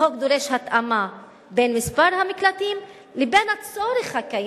החוק דורש התאמה בין מספר המקלטים לבין הצורך הקיים,